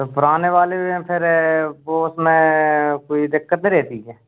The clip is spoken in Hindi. तब पुराने वाले में फिर वो उसमें कोई दिक्कत नहीं रहती क्या